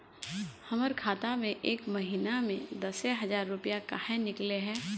हमर खाता में एक महीना में दसे हजार रुपया काहे निकले है?